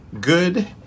good